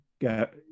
get